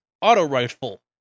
auto-rifle